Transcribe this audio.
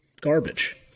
garbage